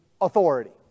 authority